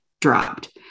dropped